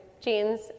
jeans